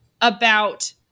about-